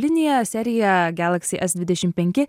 linija serija galaxy s dvidešimt penki